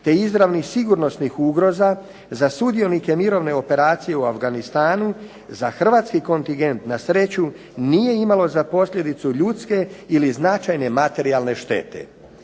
te izravnih sigurnosnih ugroza za sudionike mirovne operacije u Afganistanu za hrvatski kontingent na sreću nije imalo za posljedicu ljudske ili značajne materijalne štete.